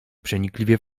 przenikliwie